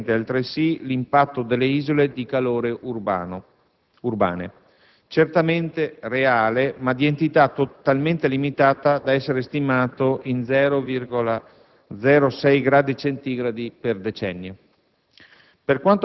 tenendo presente, altresì, l'impatto delle "isole di calore" urbane, certamente reale, ma di entità talmente limitata da essere stimato in 0,006 gradi centigradi per decennio.